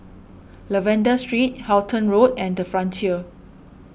Lavender Street Halton Road and the Frontier